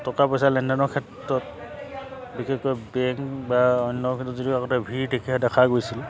টকা পইচা লেনদেনৰ ক্ষেত্ৰত বিশেষকৈ বেংক বা অন্য ক্ষেত্ৰত যদিও আগতে ভিৰ দেখে দেখা গৈছিল